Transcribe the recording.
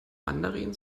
mandarin